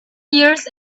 years